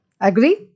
Agree